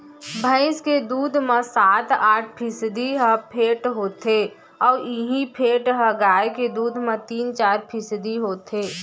भईंस के दूद म सात आठ फीसदी ह फेट होथे अउ इहीं फेट ह गाय के दूद म तीन चार फीसदी होथे